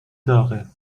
داغه